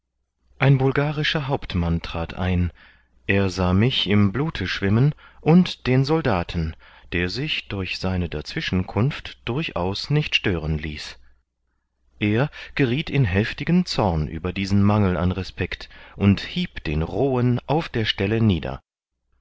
ein bulgarischer hauptmann trat ein er sah mich im blute schwimmen und den soldaten der sich durch seine dazwischenkunft durchaus nicht stören ließ er gerieth in heftigen zorn über diesen mangel an respect und hieb den rohen auf der stelle nieder